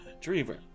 Dreamer